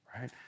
right